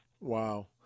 Wow